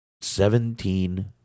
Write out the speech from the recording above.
Seventeen